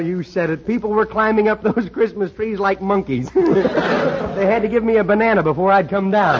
you said people were climbing up the christmas trees like monkeys they had to give me a banana before i'd come down